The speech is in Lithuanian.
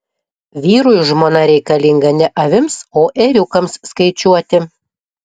vyrui žmona reikalinga ne avims o ėriukams skaičiuoti